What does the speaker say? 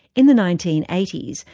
in the nineteen eighty s,